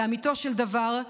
לאמיתו של דבר,